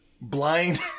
blind